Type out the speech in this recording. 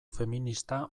feminista